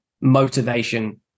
motivation